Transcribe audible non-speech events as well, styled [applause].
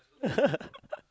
[laughs]